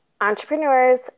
Entrepreneurs